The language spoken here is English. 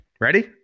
Ready